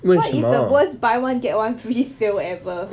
what is the worst buy one get one free sale ever